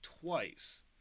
twice